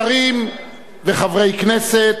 שרים וחברי כנסת,